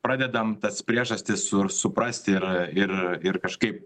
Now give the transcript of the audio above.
pradedam tas priežastis suprasti ir ir ir kažkaip